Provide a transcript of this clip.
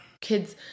kids